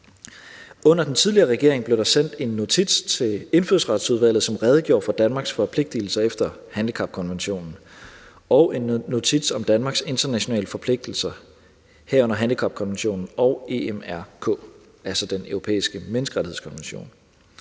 Under den tidligere regering blev der sendt en notits til Indfødsretsudvalget, som redegjorde for Danmarks forpligtelser efter handicapkonventionen, og en notits om Danmarks internationale forpligtelser, herunder handicapkonventionen og EMRK, altså Den Europæiske Menneskerettighedskonvention.